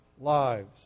lives